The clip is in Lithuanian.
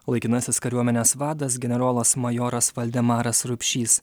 laikinasis kariuomenės vadas generolas majoras valdemaras rupšys